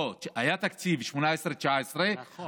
לא, היה תקציב 2019-2018. נכון.